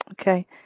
Okay